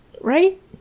right